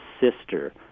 sister